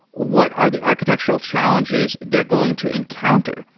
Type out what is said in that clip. what are the architectural challenges they're going to encounter?